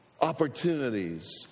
opportunities